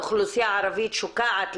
האוכלוסייה הערבית שוקעת,